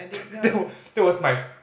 that was that was my